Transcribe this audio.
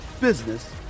business